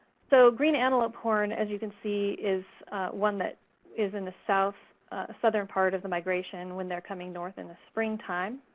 so green antelopehorn, as you can see, is one that is in the southern part of the migration, when they're coming north in the spring time.